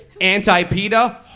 anti-Peta